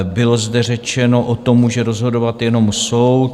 Bylo zde řečeno: O tom může rozhodovat jenom soud.